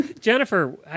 Jennifer